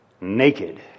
Naked